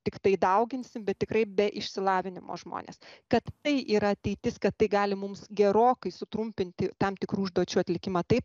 tiktai dauginsim bet tikrai be išsilavinimo žmones kad tai yra ateitis kad tai gali mums gerokai sutrumpinti tam tikrų užduočių atlikimą taip